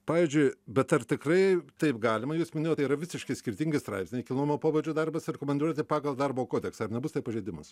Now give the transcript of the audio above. pavyzdžiui bet ar tikrai taip galima jūs minėjot tai yra visiškai skirtingi straipsniai kilnojomo pobūdžio darbas ir komandiruotė pagal darbo kodeksą ir nebus tai pažeidimas